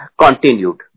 continued